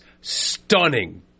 stunning